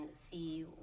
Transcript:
see